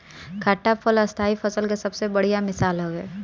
खट्टा फल स्थाई फसल के सबसे बढ़िया मिसाल हवे